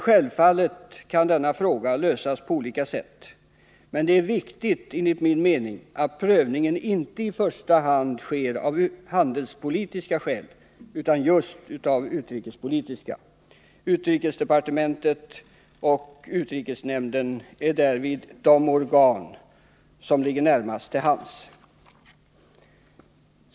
Självfallet kan denna fråga lösas på olika sätt, men det är enligt min mening viktigt att prövningen inte i första hand sker av handelspolitiska skäl utan i stället av utrikespolitiska. Utrikesdepartementet och utrikesnämnden är därvid de organ som ligger närmast till hands.